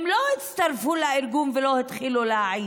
הם לא הצטרפו לארגון ולא התחילו להעיד.